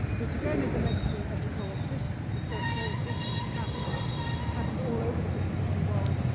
ah which again is a legacy of the oral tradition because of course oral traditions happened happened all over the greek-speaking world,